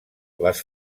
les